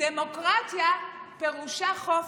"דמוקרטיה פירושה חופש.